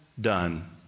done